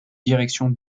direction